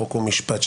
חוק ומשפט.